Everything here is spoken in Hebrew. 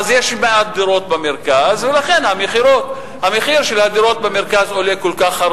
אז יש מעט דירות במרכז ולכן המחיר של הדירות במרכז עולה כל כך.